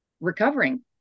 recovering